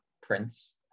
Prince